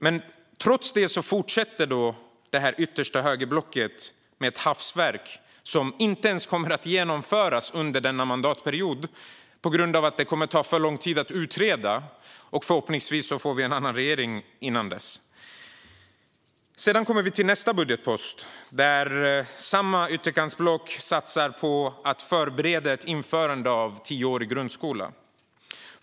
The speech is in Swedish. Men trots detta fortsätter det yttersta högerblocket med ett hafsverk som inte ens kommer att genomföras under denna mandatperiod eftersom det kommer att ta för lång tid att utreda det. Förhoppningsvis får vi en annan regering innan dess. Sedan kommer vi till nästa budgetpost, där samma ytterkantsblock satsar på att förbereda ett införande av tioårig grundskola.